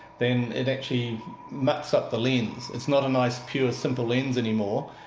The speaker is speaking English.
then it actually mucks up the lens. it's not a nice, pure, simple lens anymore,